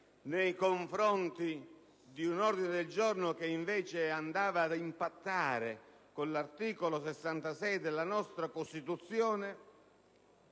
nei confronti di un ordine del giorno che, invece, andava ad impattare con l'articolo 66 della nostra Costituzione